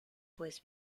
pues